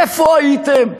איפה הייתם?